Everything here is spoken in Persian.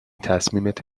تصمیمت